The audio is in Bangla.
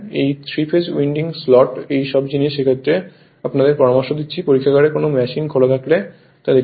এই 3 ফেজ উইন্ডিং স্লট এই সব জিনিস এর ক্ষেত্রে আমি আপনাদের পরামর্শ দিচ্ছি পরীক্ষাগারে যখন মেশিন খোলা রাখা হয় তখন দেখতে